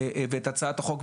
ואת הצעת החוק,